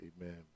Amen